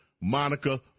Monica